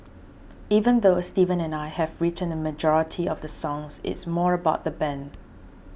even though Steven and I have written a majority of the songs it's more about the band